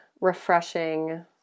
refreshing